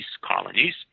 colonies